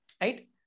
right